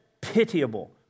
pitiable